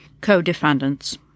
co-defendants